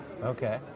Okay